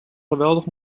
geweldig